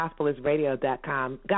GospelIsRadio.com